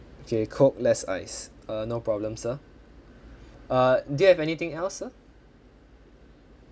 okay coke less ice err no problem sir uh do you have anything else sir